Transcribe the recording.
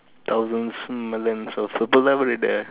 thousands millions everyday